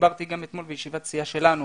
ודיברתי גם אתמול בישיבת סיעה שלנו,